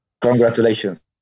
Congratulations